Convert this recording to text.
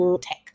tech